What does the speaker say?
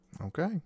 Okay